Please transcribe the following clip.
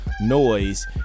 noise